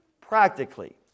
practically